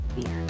beer